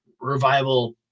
revival